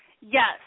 Yes